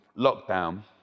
lockdown